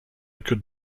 could